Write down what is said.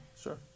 Sure